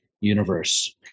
universe